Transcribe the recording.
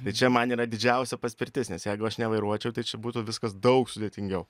tai čia man yra didžiausia paspirtis nes jeigu aš nevairuočiau tai čia būtų viskas daug sudėtingiau